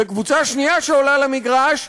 וקבוצה שנייה שעולה למגרש,